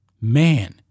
Man